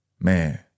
Man